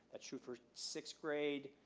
ah true for sixth grade.